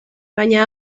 baina